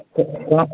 पाँच